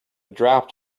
dropped